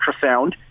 ultrasound